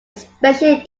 especially